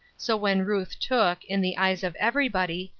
so when ruth took, in the eyes of everybody,